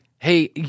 Hey